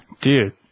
Dude